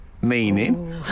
meaning